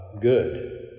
good